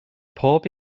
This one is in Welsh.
pob